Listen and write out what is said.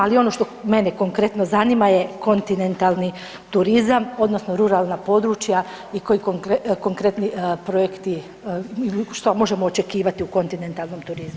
Ali ono što mene konkretno zanima je kontinentalni turizam odnosno ruralna područja i koji konkretni projekti, što možemo očekivati u kontinentalnom turizmu?